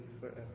forever